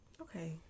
Okay